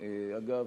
אגב,